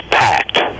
packed